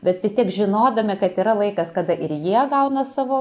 bet vis tiek žinodami kad yra laikas kada ir jie gauna savo